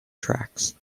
tracks